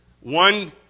One